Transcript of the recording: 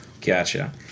Gotcha